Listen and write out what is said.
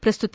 ಪ್ರಸ್ತುತ